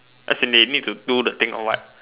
as in they need to do the thing or what